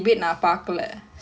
!wow!